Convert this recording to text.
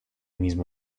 mismo